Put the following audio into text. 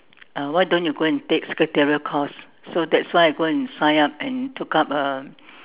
uh why don't you go and take secretarial course so that's why I go and sign up and took up a